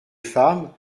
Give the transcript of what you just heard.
femmes